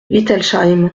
wittelsheim